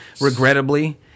regrettably